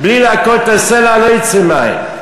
בלי להכות את הסלע לא יצאו מים.